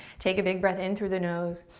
take a big breath in through the nose,